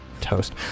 Toast